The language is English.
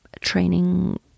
training